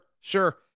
sure